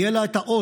יהיה לה העוז,